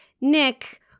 Nick